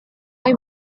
hay